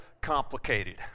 complicated